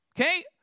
okay